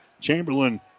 Chamberlain